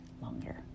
longer